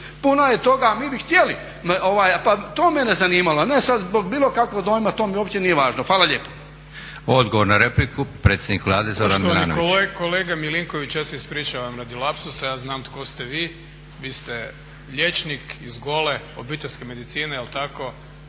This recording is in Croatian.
Puno je toga a mi bi htjeli, pa to je mene zanimalo a ne sada zbog bilo kakvog dojma, to mi uopće nije važno. Hvala lijepa. **Leko, Josip (SDP)** Odgovor na repliku, predsjednik Vlade Zoran Milanović. **Milanović, Zoran (SDP)** Poštovani kolega Milinković, ja se ispričavam radi lapsusa, ja znam tko ste vi, vi ste liječnik iz Gole, obiteljske medicine, je li tako.